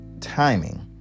timing